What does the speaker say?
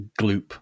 gloop